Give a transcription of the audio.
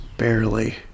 Barely